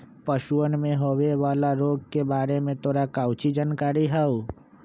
पशुअन में होवे वाला रोग के बारे में तोरा काउची जानकारी हाउ?